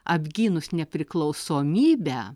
apgynus nepriklausomybę